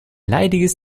leidiges